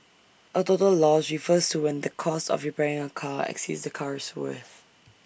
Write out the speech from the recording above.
A total loss refers to when the cost of repairing A car exceeds the car's worth